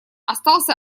остался